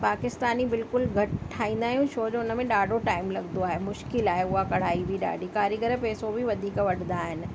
पाकिस्तानी बिल्कुलु घटि ठाहींदा आहियूं छो जो उनमें ॾाढो टाइम लॻदो आहे मुश्किलु आहे हूअ कढ़ाई बि ॾाढी कारीगर पैसो बि वधीक वठंदा आहिनि